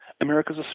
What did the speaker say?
America's